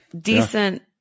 decent